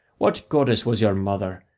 what goddess was your mother,